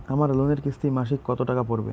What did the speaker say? আমার লোনের কিস্তি মাসিক কত টাকা পড়বে?